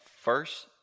first